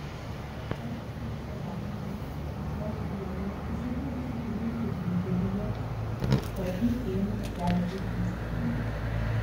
pastarosiomis savaitėmis karalienė įsikūrusi princų fligelyje pati ėmė sergėti sūnų